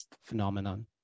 phenomenon